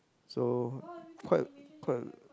so quite quite